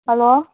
hello